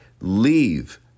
leave